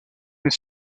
mais